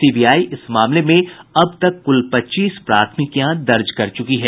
CBI इस मामले में अब तक कुल पच्चीस प्राथमिकियां दर्ज कर चुकी है